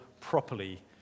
properly